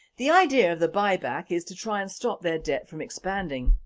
the idea of the buy back is to try and stop their debt from expanding.